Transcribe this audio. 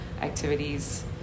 activities